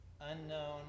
unknown